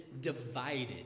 divided